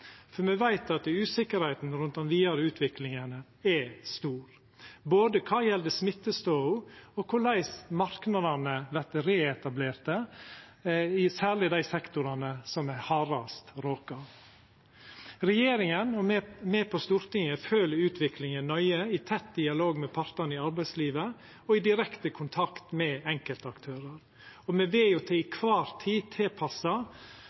for me veit at usikkerheita rundt den vidare utviklinga er stor når det gjeld smittestoda og korleis marknadene vert reetablerte, særleg i dei sektorane som er hardast råka. Regjeringa og me på Stortinget fylgjer utviklinga nøye, i tett dialog med partane i arbeidslivet og i direkte kontakt med enkeltaktørar. Og me vil til kvar tid tilpassa